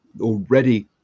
already